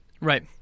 Right